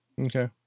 Okay